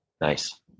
Nice